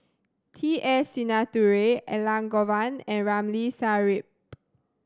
T S Sinnathuray Elangovan and Ramli Sarip